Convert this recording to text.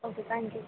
okay thank you